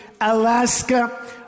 Alaska